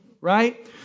right